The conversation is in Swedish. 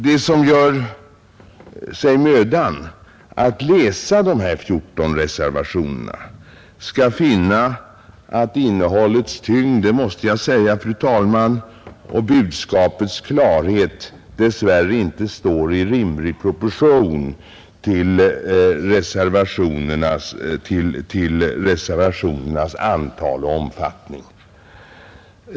De som gör sig mödan att läsa dessa 14 reservationer skall finna att innehållets tyngd — det måste jag säga, fru talman — och budskapets klarhet dess värre inte står i rimlig proportion till reservationernas antal och omfattning.